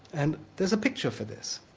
and there's a picture for this.